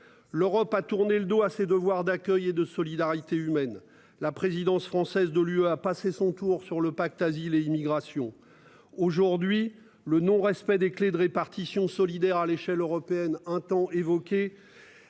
L'Europe a tourné le dos à ses devoirs d'accueil et de solidarité humaine. La présidence française de l'UE a passé son tour sur le pacte Asile et immigration. Aujourd'hui, le non respect des clés de répartition solidaire à l'échelle européenne, un temps évoquée,